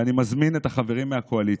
ואני מזמין את החברים מהקואליציה: